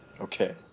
Okay